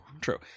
true